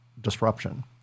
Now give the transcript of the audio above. disruption